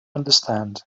understand